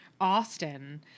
Austin